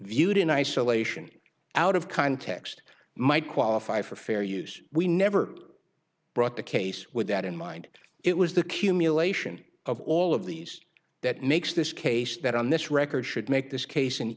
viewed in isolation out of context might qualify for fair use we never brought the case with that in mind it was the cumulation of all of these that makes this case that on this record should make this case